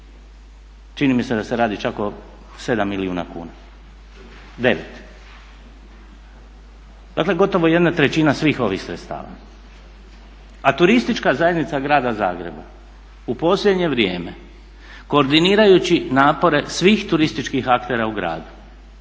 Čini mi se da se radi čak o 7 milijuna kuna, 9. Dakle gotovo 1/3 svih ovih sredstava. A Turistička zajednica Grada Zagreba u posljednje vrijeme koordinirajući napore svih turističkih aktera u gradu